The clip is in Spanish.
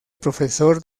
profesor